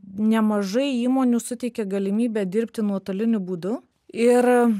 nemažai įmonių suteikė galimybę dirbti nuotoliniu būdu ir